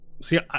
see